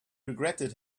regretted